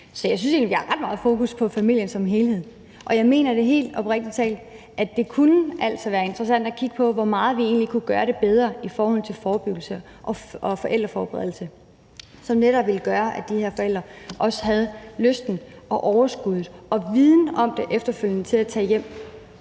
Så jeg synes egentlig, vi har ret meget fokus på familien som helhed, og jeg mener helt oprigtig talt, at det altså kunne være interessant at kigge på, hvor meget vi egentlig kunne gøre det bedre i forhold til forebyggelse og forældreforberedelse, som netop ville gøre, at de her forældre også havde lysten og overskuddet og nok viden om det til efterfølgende at tage hjem.